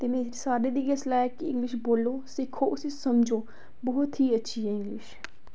ते मेरी इ'यै सलाह् कि इंग्लिश सिक्खो उस्सी बोलो ते उस्सी समझो बौह्त गै अच्छी ऐ इंग्लिश